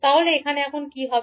তাহলে এখানে এখন কি হবে